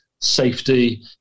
safety